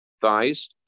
thighs